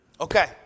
Okay